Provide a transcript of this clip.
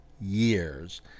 years